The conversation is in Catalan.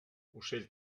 ocell